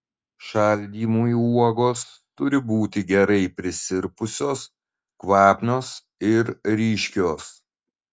šaldymui uogos turi būti gerai prisirpusios kvapnios ir ryškios